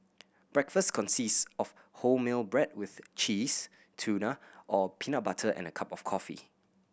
breakfast consist of wholemeal bread with cheese tuna or peanut butter and a cup of coffee